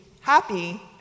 happy